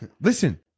listen